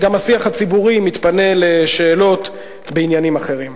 גם השיח הציבורי מתפנה לשאלות בעניינים אחרים.